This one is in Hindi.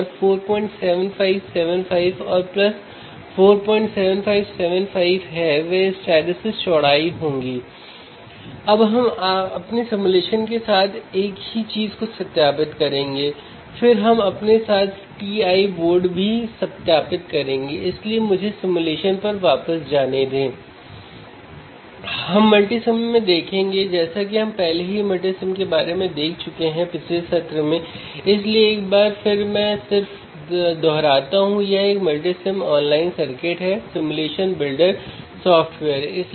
फेज़ 0 है ऑफसेट 0 है और अब हम यह जाँचने के लिए फिर से कनेक्ट कर रहे हैं कि क्या यह 1 वोल्ट या 2 वोल्ट है ऑसिलोस्कोप के साथ ग्राउंड के साथ ग्राउंड फेज़ के साथ फेज़ या सिग्नल के साथ सिग्नल